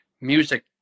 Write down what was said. music